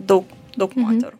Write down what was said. daug daug moterų